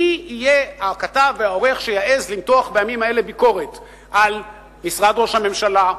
מי יהיה הכתב והעורך שיעז למתוח בימים האלה ביקורת על משרד ראש הממשלה,